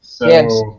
Yes